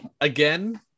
again